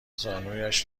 زانویش